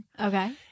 Okay